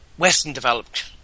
Western-developed